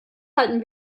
halten